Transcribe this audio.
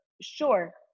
Sure